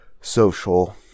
social